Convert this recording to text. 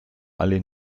alle